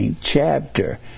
chapter